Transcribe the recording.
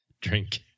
drink